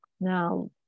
Now